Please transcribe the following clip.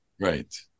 Right